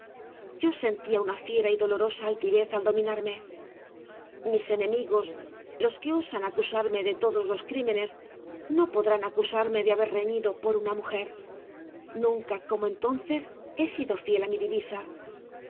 yo sentía una fiera y dolorosa altivez al dominarme mis enemigos los que osan acusarme de todos los crímenes no podrán acusarme de haber reñido por una mujer nunca como entonces he sido fiel á mi divisa